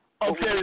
Okay